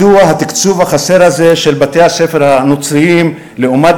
מדוע התקצוב החסר הזה של בתי-הספר הנוצריים לעומת